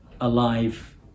alive